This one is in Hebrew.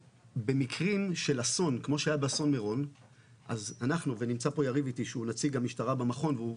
נמצא איתי פה יריב שהוא נציג המשטרה במכון והוא